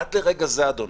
עד לרגע זה, אדוני,